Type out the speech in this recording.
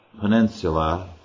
peninsula